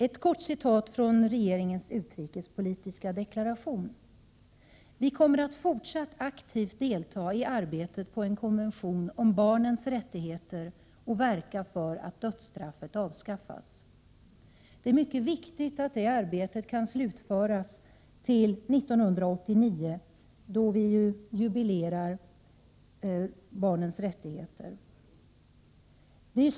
Ett kort citat från regeringens utrikespolitiska deklaration: ”Vi kommer att fortsatt aktivt delta i arbetet på en konvention om barnens rättigheter och verka för att dödsstraffet avskaffas.” Det är mycket viktigt att det arbetet kan slutföras till 1989, då barnens rättigheter ju firar jubileum.